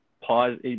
pause